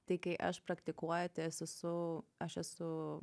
tai kai aš praktikuoju tai esu su aš esu